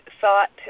thought